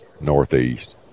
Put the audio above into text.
northeast